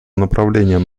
направлением